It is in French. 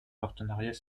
partenariat